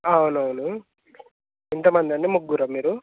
అవును అవును ఎంత మంది అండి ముగ్గురా మీరు